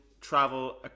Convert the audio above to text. travel